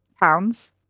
pounds